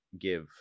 give